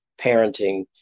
parenting